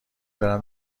برم